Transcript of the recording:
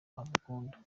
amukunda